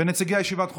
ונציגי ישיבת חומש.